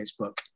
facebook